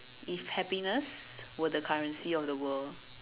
if happiness were the currency of the world